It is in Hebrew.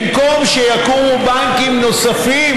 במקום שיקומו בנקים נוספים,